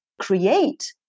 create